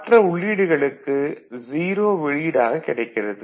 மற்ற உள்ளீடுகளுக்கு 0 வெளியீடாகக் கிடைக்கிறது